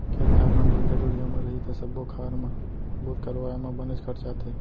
खेत खार मन दुरिहा दुरिहा म रही त सब्बो खार म बोर करवाए म बनेच खरचा आथे